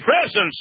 presence